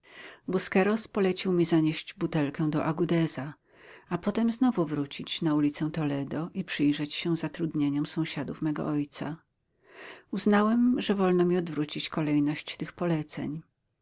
mną busqueros polecił mi zanieść butelkę do agudeza a potem znowu wrócić na ulicę toledo i przyjrzeć się zatrudnieniom sąsiadów mego ojca uznałem że wolno mi odwrócić kolejność tych poleceń